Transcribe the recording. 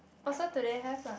oh so today have lah